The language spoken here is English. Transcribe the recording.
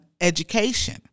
education